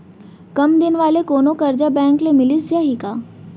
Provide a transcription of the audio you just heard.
कम दिन वाले कोनो करजा बैंक ले मिलिस जाही का?